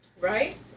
Right